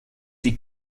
die